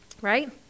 right